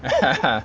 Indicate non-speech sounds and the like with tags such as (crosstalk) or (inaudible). (laughs)